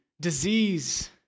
disease